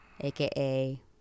aka